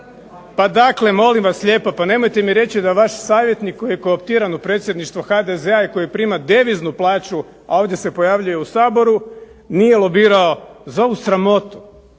Pa dakle molim vas lijepo pa nemojte mi reći da vaš savjetnik koji je kotiran u predsjedništvo HDZ-a i koji prima deviznu plaću, a ovdje se pojavljuje u Saboru nije lobirao za ovu sramotu.